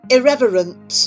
Irreverent